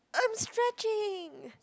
I'm stretching